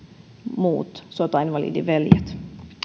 muut sotainvalidiveljet